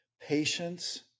patience